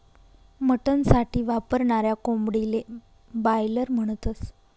mutton साठी वापरनाऱ्या कोंबडीले बायलर म्हणतस